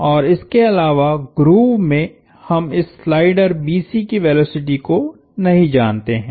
और इसके अलावा ग्रूव में हम इस स्लाइडर BC की वेलोसिटी को नहीं जानते हैं